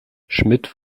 schmidt